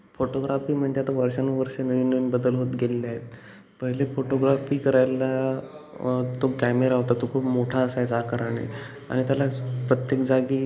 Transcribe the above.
फोटोग्राफीमध्ये आता वर्षानुवर्षे नवीन नवीन बदल होत गेलेले आहेत पहिले फोटोग्राफी करायला तो कॅमेरा होता तो खूप मोठा असायचा आकाराने आणि त्याला प्रत्येक जागी